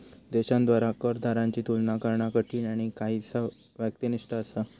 देशांद्वारा कर दरांची तुलना करणा कठीण आणि काहीसा व्यक्तिनिष्ठ असा